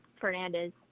Fernandez